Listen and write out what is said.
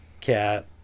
cat